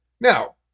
Now